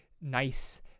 nice